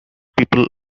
people